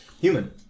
Human